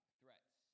threats